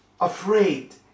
afraid